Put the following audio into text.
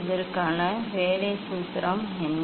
இதற்கான வேலை சூத்திரம் என்ன